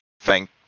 thank